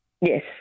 Yes